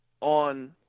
on